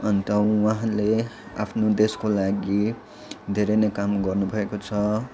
अन्त उहाँले आफ्नो देशको लागि धेरै नै काम गर्नु भएको छ